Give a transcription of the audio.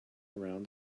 around